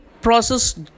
process